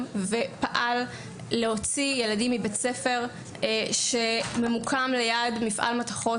פעל כדי להוציא ילדים מבית ספר שממוקם ליד מפעל מתכות